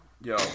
yo